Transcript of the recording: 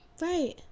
Right